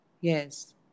Yes